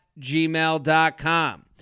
gmail.com